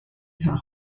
her